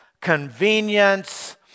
convenience